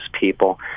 people